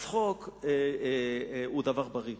הצחוק הוא דבר בריא.